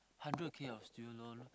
hundreds of k of students loan